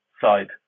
side